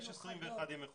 יש 21 ימי חופשה,